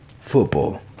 football